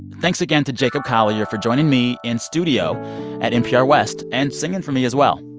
thanks again to jacob collier for joining me in studio at npr west and singing for me as well.